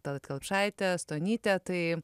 tallat kelpšaitę stonytę tai